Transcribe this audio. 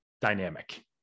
dynamic